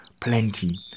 plenty